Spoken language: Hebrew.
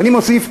ואני מוסיף,